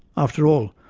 after all,